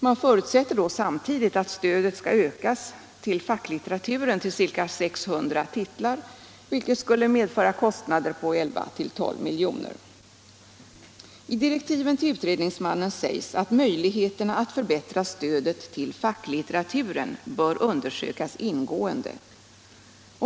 Man förutsätter då samtidigt att stödet till facklitteraturen ökas till att omfatta ca 600 titlar. Detta skulle medföra kostnader på 11-12 milj.kr. I direktiven till utredningsmannen sägs att möjligheterna att förbättra stödet till facklitteraturen bör undersökas ingående.